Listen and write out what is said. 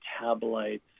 metabolites